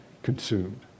Consumed